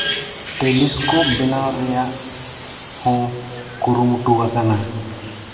telescope ᱵᱮᱱᱟᱣ ᱨᱮᱭᱟᱜ ᱦᱚᱸ ᱠᱩᱨᱩᱢᱩᱴᱩ ᱟᱠᱟᱱᱟ